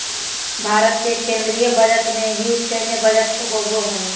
भारत के केन्द्रीय बजट में ही सैन्य बजट होबो हइ